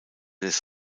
des